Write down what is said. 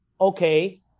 okay